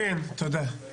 כן, תודה.